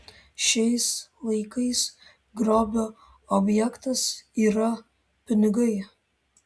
šiais laikais grobio objektas yra pinigai